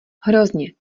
hrozně